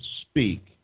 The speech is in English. speak